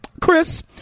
Chris